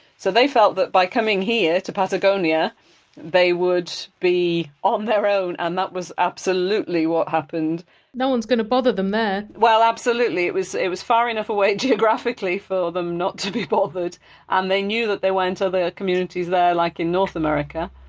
so they felt that by coming here to patagonia they would be on their own, and that was absolutely what happened no one's going to bother them there well, absolutely. it was it was far enough away geographically for them not to be bothered and they knew that there weren't other ah communities there like in north america.